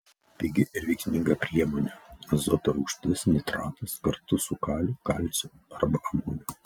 pigi ir veiksminga priemonė azoto rūgštis nitratas kartu su kaliu kalciu arba amoniu